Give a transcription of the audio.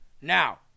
Now